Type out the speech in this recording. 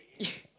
yeah